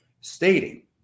stating